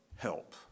Help